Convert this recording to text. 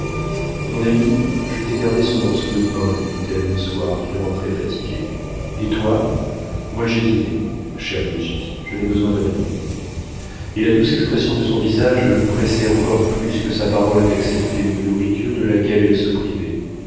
mon ami je t'ai gardé ce morceau de pain lui dit-elle un soir qu'il rentrait fatigué et toi moi j'ai dîné cher luigi je n'ai besoin de rien et la douce expression de son visage le pressait encore plus que sa parole d'accepter une nourriture de laquelle elle se privait